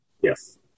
Yes